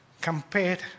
compared